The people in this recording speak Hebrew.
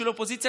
של האופוזיציה,